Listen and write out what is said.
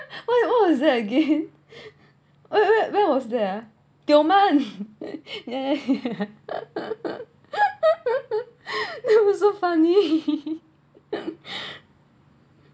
what where was that again where where was there ah tioman ya ya ya that was so funny